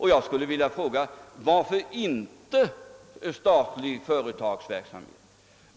Jag skulle vilja fråga: Varför inte statlig företagsamhet?